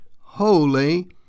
holy